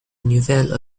nouvelle